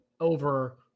over